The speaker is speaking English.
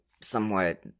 somewhat